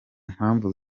mpamvu